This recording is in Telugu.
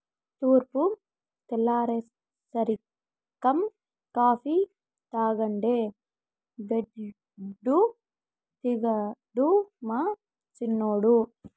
తూర్పు తెల్లారేసరికం కాఫీ తాగందే బెడ్డు దిగడు మా సిన్నోడు